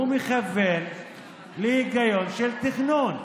הוא מכוון להיגיון של תכנון.